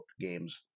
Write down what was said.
games